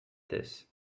this